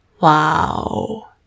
Wow